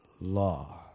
law